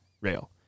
rail